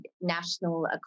national